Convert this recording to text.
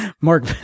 mark